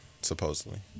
supposedly